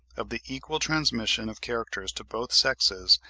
of the equal transmission of characters to both sexes,